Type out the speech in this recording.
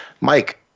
Mike